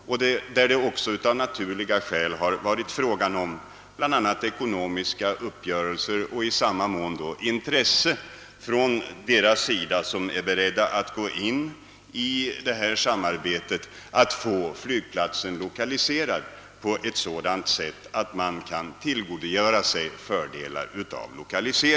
Därvid har det av naturliga skäl varit fråga om bl.a. ekonomiska uppgörelser och i samma mån om intresset från deras sida, som är beredda att gå in i detta samarbete, för att få en sådan lokalisering av flygplatsen att de kan tillgodogöra sig fördelar därav.